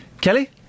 Kelly